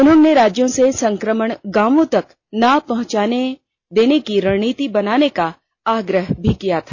उन्होंने राज्यों से संक्रमण गांवों तक न पहुंचने देने की रणनीति बनाने का आग्रह भी किया था